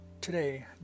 Today